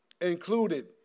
included